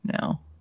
no